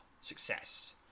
Success